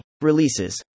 Releases